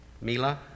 Mila